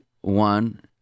one